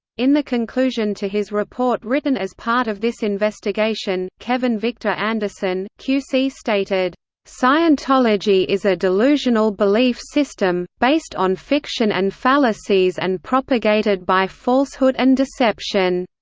in the conclusion to his report written as part of this investigation, kevin victor anderson, q c. stated scientology is a delusional belief system, based on fiction and fallacies and propagated by falsehood and deception.